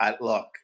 look